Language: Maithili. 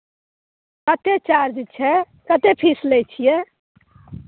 कतेक चार्ज छै कतेक फीस लै छियै